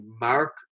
mark